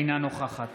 אינה נוכחת